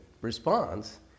responds